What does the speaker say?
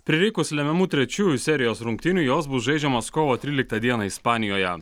prireikus lemiamų trečiųjų serijos rungtynių jos bus žaidžiamos kovo tryliktą dieną ispanijoje